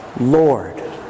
Lord